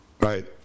right